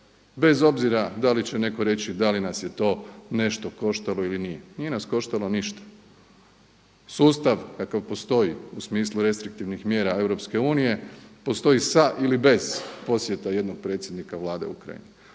bez obzira da li će netko reći da li nas je to nešto koštalo ili nije. Nije nas koštalo ništa. Sustav kakav postoji u smislu restriktivnih mjera Europske unije postoji sa ili bez posjeta jednog predsjednika Vlade Ukrajini.